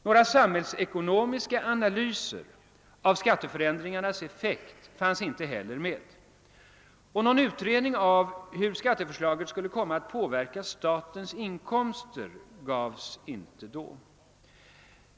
Några samhällsekonomiska analyser av skatteförändringarnas effekt fanns inte heller med, och någon utredning av hur skatteförslaget skulle komma att påverka statens inkomster gavs inte då.